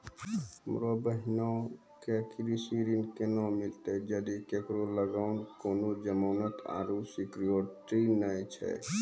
हमरो बहिनो के कृषि ऋण केना मिलतै जदि ओकरा लगां कोनो जमानत आरु सिक्योरिटी नै छै?